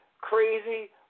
crazy